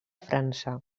frança